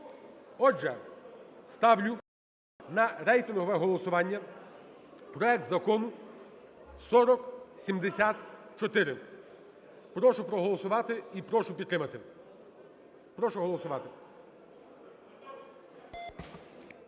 Отже ставлю на рейтингове голосування проект закону 4074. Прошу проголосувати і прошу підтримати. Прошу голосувати.